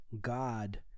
God